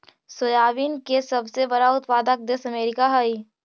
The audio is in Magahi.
सोयाबीन के सबसे बड़ा उत्पादक देश अमेरिका हइ